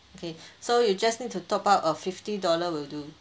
okay so you just need to top up a fifty dollar will do